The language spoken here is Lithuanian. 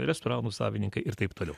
restoranų savininkai ir taip toliau